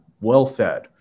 well-fed